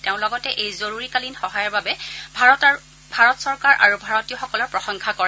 তেওঁ লগতে এই জৰুৰীকালীন সহায়ৰ বাবে ভাৰত চৰকাৰ আৰু ভাৰতীয়সকলৰ প্ৰশংসা কৰে